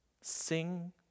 Sing